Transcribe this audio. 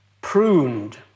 pruned